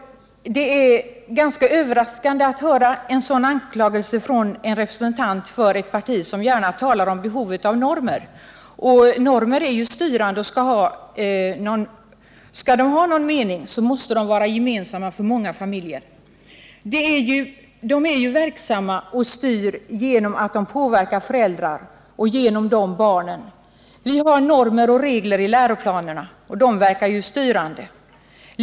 Det är ganska överraskande att höra en sådan anklagelse från en representant för ett parti som gärna talar om behovet av normer. Normer är ju styrande, men skall de ha någon mening måste de vara gemensamma för många familjer. Normerna styr därför att de påverkar föräldrarna som i sin tur påverkar barnen. Vi har normer och regler i läroplanerna, och de verkar ju styrande.